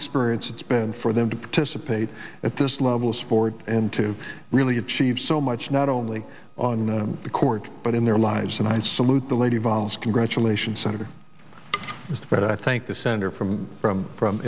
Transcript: experience it's been for them to participate at this level of support and to really achieve so much not only on the court but in their lives and i salute the lady vols congratulations senator but i think the senator from from from